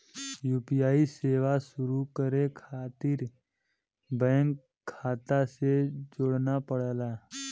UPI सेवा शुरू करे खातिर बैंक खाता से जोड़ना पड़ला